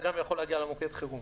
אתה גם יכול להגיע למוקד חירום.